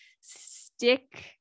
stick